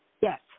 Yes